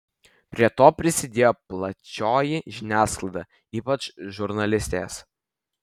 prie to prisidėjo plačioji žiniasklaida ypač žurnalistės